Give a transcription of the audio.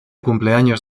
cumpleaños